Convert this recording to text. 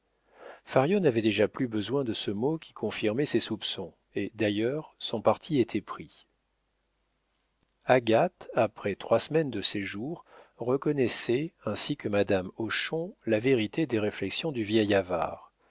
fario n'avait déjà plus besoin de ce mot qui confirmait ses soupçons et d'ailleurs son parti était pris agathe après trois semaines de séjour reconnaissait ainsi que madame hochon la vérité des réflexions du vieil avare